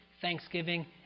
thanksgiving